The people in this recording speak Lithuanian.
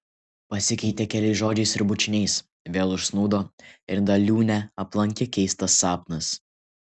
pasikeitę keliais žodžiais ir bučiniais vėl užsnūdo ir tada liūnę aplankė keistas sapnas